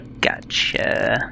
Gotcha